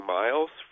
miles